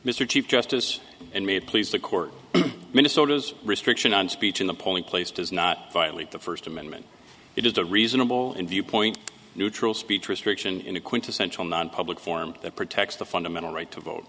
mr chief justice and may please the court minnesota's restriction on speech in the polling place does not violate the first amendment it is a reasonable and viewpoint neutral speech restriction in a quintessential nonpublic form that protects the fundamental right to vote